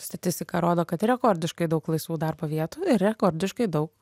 statistika rodo kad rekordiškai daug laisvų darbo vietų ir rekordiškai daug